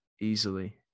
easily